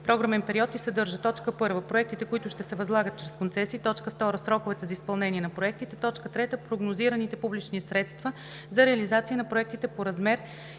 програмен период и съдържа: 1. проектите, които ще се възлагат чрез концесии; 2. сроковете за изпълнение на проектите; 3. прогнозираните публични средства за реализация на проектите по размер